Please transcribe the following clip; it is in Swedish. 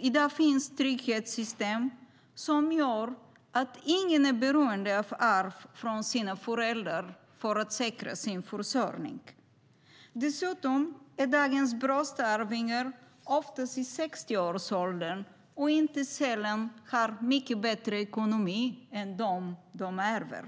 I dag finns trygghetssystem som gör att ingen är beroende av arv från sina föräldrar för att säkra sin försörjning. Dessutom är dagens bröstarvingar oftast i 60-årsåldern och har inte sällan mycket bättre ekonomi än dem de ärver.